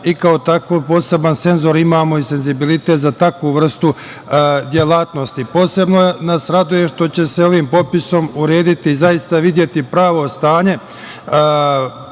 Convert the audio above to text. i kao takav poseban senzor imamo i senzibilitet za takvu vrstu delatnosti. Posebno nas raduje što će se ovim popisom urediti i zaista videti pravo stanje